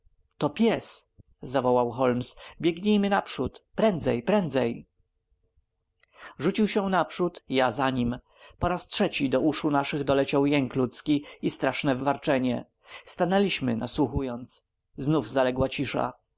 to pies zawołał holmes biegnijmy na pomoc prędzej prędzej rzucił się naprzód ja za nim po raz trzeci do uszu naszych doleciał jęk ludzki i straszne warczenie stanęliśmy nasłuchując znowu zaległa cisza